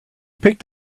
picked